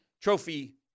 Trophy